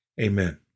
Amen